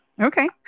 Okay